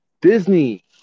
Disney